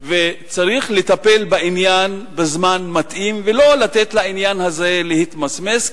וצריך לטפל בעניין בזמן מתאים ולא לתת לעניין הזה להתמסמס,